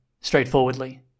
straightforwardly